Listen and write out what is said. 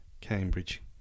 Cambridge